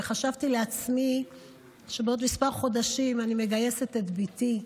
וחשבתי לעצמי שבעוד כמה חודשים אני מגייסת את בתי.